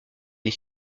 les